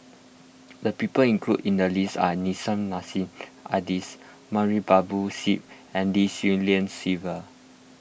the people included in the list are Nissim Nassim Adis Babu Sahib and Lim Swee Lian Sylvia